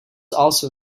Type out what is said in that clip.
also